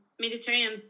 Mediterranean